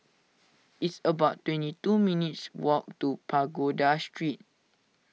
it's about twenty two minutes' walk to Pagoda Street